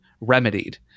remedied